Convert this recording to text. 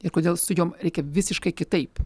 ir kodėl su jom reikia visiškai kitaip